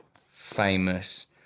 famous